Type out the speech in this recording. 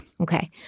Okay